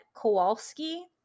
kowalski